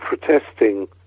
protesting